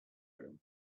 room